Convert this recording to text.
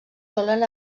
solen